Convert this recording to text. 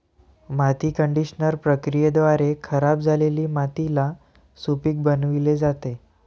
माती कंडिशनर प्रक्रियेद्वारे खराब झालेली मातीला सुपीक बनविली जाते